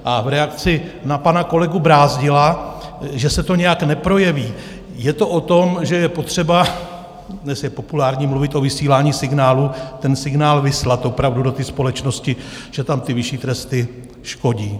A v reakci na pana kolegu Brázdila, že se to nijak neprojeví: je to o tom, že je potřeba dnes je populární mluvit o vysílání signálu ten signál vyslat opravdu do společnosti, že tam ty vyšší tresty škodí .